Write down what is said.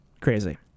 crazy